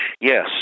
Yes